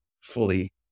fully